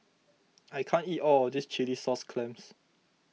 I can't eat all of this Chilli Sauce Clams